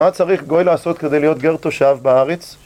מה צריך גוי לעשות כדי להיות גר תושב בארץ?